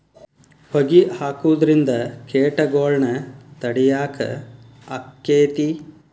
ಹೊಗಿ ಹಾಕುದ್ರಿಂದ ಕೇಟಗೊಳ್ನ ತಡಿಯಾಕ ಆಕ್ಕೆತಿ?